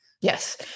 Yes